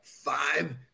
five